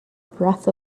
breath